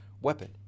Weapon